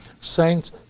Saints